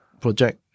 project